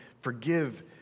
forgive